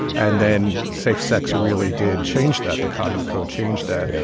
and then safe sex really did change that. the condom code changed that.